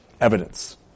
evidence